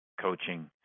coaching